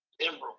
emerald